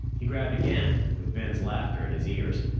he grabbed again, with ben's laughter in his ears.